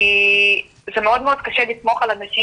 כי זה מאוד מאוד קשה לסמוך על אנשים,